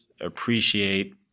appreciate